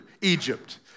Egypt